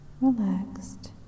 relaxed